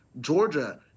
Georgia